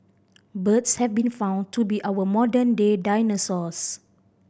birds have been found to be our modern day dinosaurs